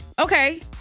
Okay